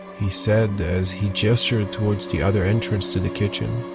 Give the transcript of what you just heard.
he said as he gestured toward the other entrance to the kitchen.